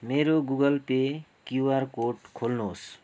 मेरो Google Pay QR code खोल्नुहोस्